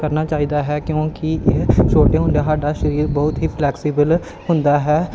ਕਰਨਾ ਚਾਹੀਦਾ ਹੈ ਕਿਉਂਕਿ ਇਹ ਛੋਟੇ ਹੁੰਦਿਆਂ ਸਾਡਾ ਸਰੀਰ ਬਹੁਤ ਹੀ ਫਲੈਕਸੀਬਲ ਹੁੰਦਾ ਹੈ